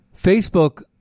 Facebook